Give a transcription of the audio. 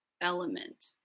element